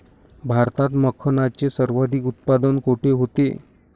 भारतात मखनाचे सर्वाधिक उत्पादन कोठे होते?